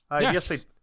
Yes